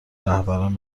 رهبران